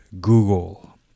Google